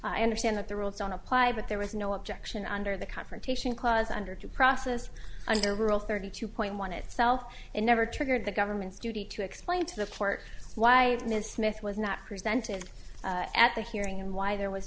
i understand that the rules don't apply but there was no objection under the confrontation clause under due process under rule thirty two point one itself and never triggered the government's duty to explain to the court why ms smith was not presented at the hearing and why there was